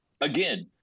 again